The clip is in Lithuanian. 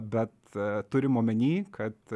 bet turim omeny kad